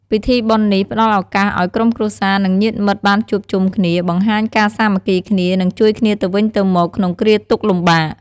ពិធីបុណ្យនេះផ្តល់ឱកាសឱ្យក្រុមគ្រួសារ និងញាតិមិត្តបានជួបជុំគ្នា បង្ហាញការសាមគ្គីគ្នា និង ជួយគ្នាទៅវិញទៅមក ក្នុងគ្រាទុក្ខលំបាក។